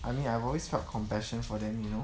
I mean I've always felt compassion for them you know